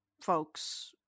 folks